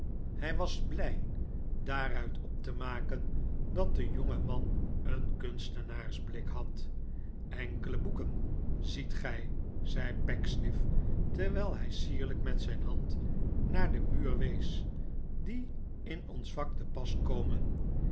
hij was blij daaruit op te maken dat de jongeman een kunstenaarsblik had enkele boeken ziet gij zei pecksniff terwijl hij sierlijk met zijn hand naar den muur wees die in ons vak te pas komen